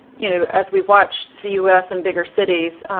you know, as we've watched the us in bigger cities,